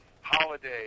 holiday